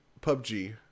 PUBG